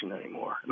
anymore